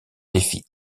défie